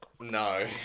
No